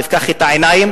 תפקח את העיניים,